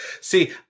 See